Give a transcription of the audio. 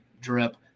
drip